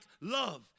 love